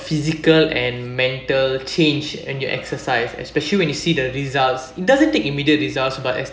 physical and mental change when you exercise especially when you see the results it doesn't take immediate results but as